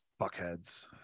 Fuckheads